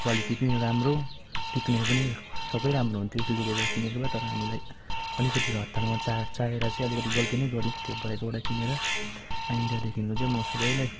quality पनि राम्रो टिक्ने पनि सबै राम्रो हुन्थ्यो सिलगढीबाट किनेको भए तर हामीलाई अलिकति हतारमा चा चाहिएर चाहिँ अलिकति गल्ती पनि गर्यौँ त्यो भाइकोबाट किनेर आइन्ददेखिको चाहिँ म सबैलाई